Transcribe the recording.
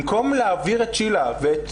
במקום להעביר את צ'ילה ואת